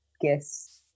guess